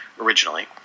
originally